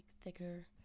thicker